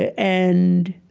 ah and,